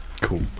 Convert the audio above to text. cool